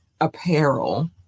apparel